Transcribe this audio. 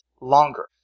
longer